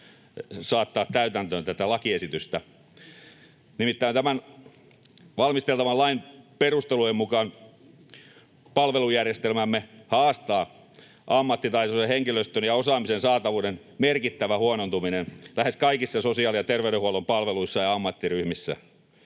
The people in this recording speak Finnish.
saattaa täytäntöön. Nimittäin tämän valmisteltavan lain perustelujen mukaan palvelujärjestelmäämme haastaa ammattitaitoisen henkilöstön ja osaamisen saatavuuden merkittävä huonontuminen lähes kaikissa sosiaali- ja terveydenhuollon palveluissa ja ammattiryhmissä.